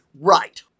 right